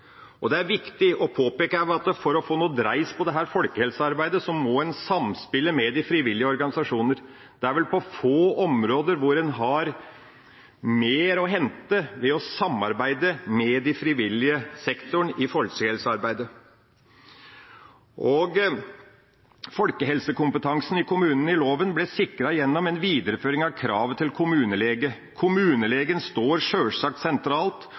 Det er viktig å påpeke at for å få dreis på dette folkehelsearbeidet må en samspille med de frivillige organisasjoner. Det er på få områder en har mer å hente ved å samarbeide med den frivillige sektoren enn i folkehelsearbeidet. Folkehelsekompetansen i kommunene i loven ble sikret gjennom en videreføring av kravet til kommunelege. Kommunelegen står sjølsagt sentralt,